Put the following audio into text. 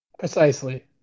precisely